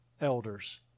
elders